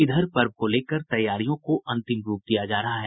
इधर पर्व को लेकर तैयारियों को अंतिम रूप दिया जा रहा है